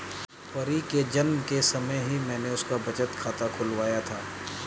परी के जन्म के समय ही मैने उसका बचत खाता खुलवाया था